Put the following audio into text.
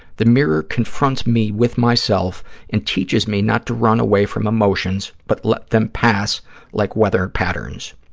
the mirror confronts me with myself and teaches me not to run away from emotions but let them pass like weather patterns.